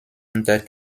unter